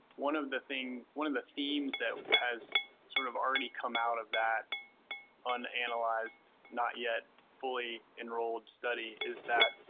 one of the thing one of the themes that has sort of already come out of that um unanalyzed not yet fully enrolled study is that